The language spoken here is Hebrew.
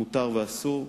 מותר ואסור,